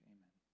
Amen